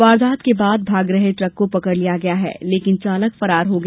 वारदात के बाद भाग रहे ट्रक को पकड़ लिया गया है लेकिन चालक फरार हो गया